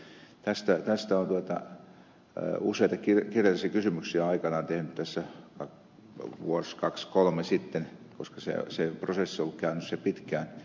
tästä olen useita kirjallisia kysymyksiä aikanaan tehnyt vuosi kaksi kolme sitten koska se prosessi on ollut käynnissä pitkään